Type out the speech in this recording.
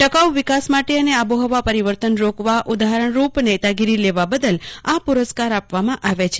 ટકાઉ વિકાસ માટે અને આબોહવા પરિવર્તન રોકવા દાખલારૂપ નેતાગીરી લેવા બદલ આ પુરસ્કાર આપવામાં આવે છે